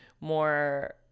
more